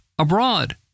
Abroad